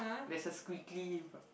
there's a squiggly in fr~